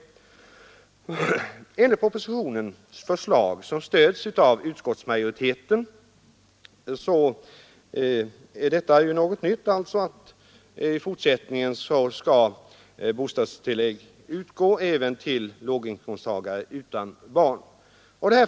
Som framgår av propositionsförslaget, vilket stöds av utskottsmajoriteten, är det något nytt att bostadstillägg skall utgå även till låginkomsttagare utan barn.